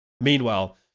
Meanwhile